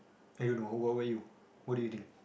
I don't know what about you what do you think